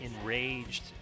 Enraged